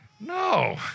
No